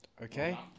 Okay